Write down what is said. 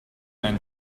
and